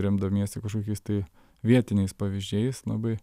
remdamiesi kažkokiais tai vietiniais pavyzdžiais labai